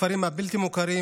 לכפרים הבלתי-מוכרים,